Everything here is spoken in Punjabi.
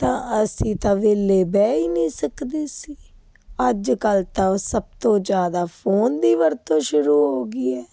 ਤਾਂ ਅਸੀਂ ਤਾਂ ਵੇਹਲੇ ਬਹਿ ਹੀ ਨਹੀਂ ਸਕਦੇ ਸੀ ਅੱਜ ਕੱਲ੍ਹ ਤਾਂ ਉਹ ਸਭ ਤੋਂ ਜ਼ਿਆਦਾ ਫੋਨ ਦੀ ਵਰਤੋਂ ਸ਼ੁਰੂ ਹੋ ਗਈ ਹੈ